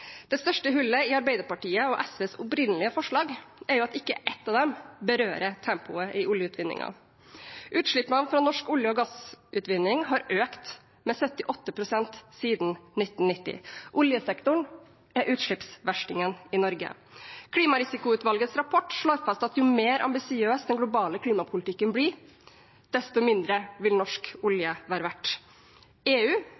Det største hullet i Arbeiderpartiet og SVs opprinnelige forslag er at ikke ett av dem berører tempoet i oljeutvinningen. Utslippene fra norsk olje- og gassutvinning har økt med 78 pst. siden 1990. Oljesektoren er utslippsverstingen i Norge. Klimarisikoutvalgets rapport slår fast at jo mer ambisiøs den globale klimapolitikken blir, desto mindre vil norsk olje være verdt. EU